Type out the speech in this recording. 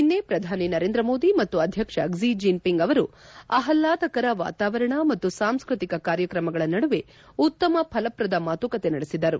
ನಿನ್ನೆ ಪ್ರಧಾನಿ ನರೇಂದ್ರ ಮೋದಿ ಮತ್ತು ಅಧ್ವಕ್ಷ ಕ್ಷಿ ಜಿನ್ಒಂಗ್ ಅವರು ಅಹ್ಲಾದಕರ ವಾತಾವರಣ ಮತ್ತು ಸಾಂಸ್ಟ್ರತಿಕ ಕಾರ್ಯಕ್ರಮಗಳ ನಡುವೆ ಉತ್ತಮ ಪಲಪ್ರದ ಮಾತುಕತೆ ನಡೆಸಿದರು